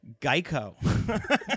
Geico